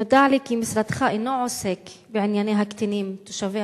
נודע לי כי משרדך אינו עוסק בענייני הקטינים תושבי